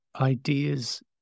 ideas